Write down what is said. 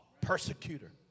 Persecutor